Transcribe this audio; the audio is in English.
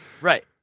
Right